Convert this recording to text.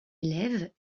élève